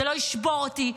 זה לא ישבור אותי.